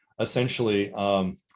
essentially